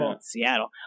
Seattle